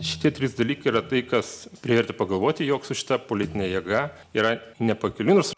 šitie trys dalykai yra tai kas privertė pagalvoti jog su šita politine jėga yra nepakeliui nors